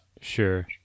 Sure